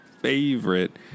favorite